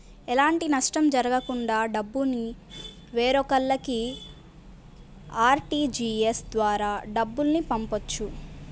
ఎలాంటి నష్టం జరగకుండా డబ్బుని వేరొకల్లకి ఆర్టీజీయస్ ద్వారా డబ్బుల్ని పంపొచ్చు